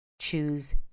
choose